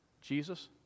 Jesus